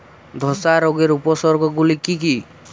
ধসা রোগের উপসর্গগুলি কি কি?